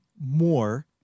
more